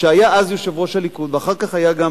שהיה אז יושב-ראש הליכוד ואחר כך היה גם